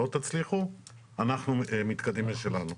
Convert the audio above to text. לא תצליחו אנחנו מתקדמים לשלנו.